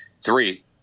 three